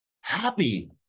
Happy